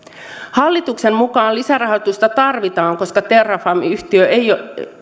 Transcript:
hallituksen mukaan lisärahoitusta tarvitaan koska terrafame yhtiöön ei